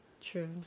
True